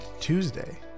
Tuesday